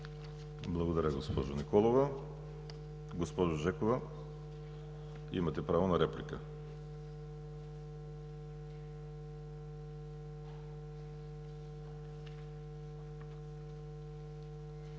Благодаря, госпожо Николова. Госпожо Жекова, имате право на реплика. НАДЯ